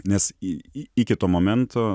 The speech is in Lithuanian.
nes į iki to momento